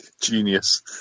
Genius